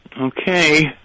Okay